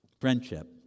Friendship